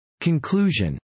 Conclusion